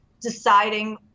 deciding